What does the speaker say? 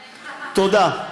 תודה.